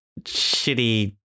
shitty